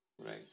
Right